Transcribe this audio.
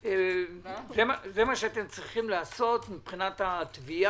וזה מה שאתם צריכים לעשות מבחינת התביעה?